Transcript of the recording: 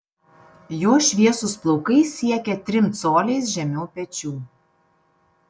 jo šviesūs plaukai siekia trim coliais žemiau pečių